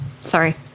Sorry